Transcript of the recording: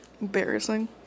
Embarrassing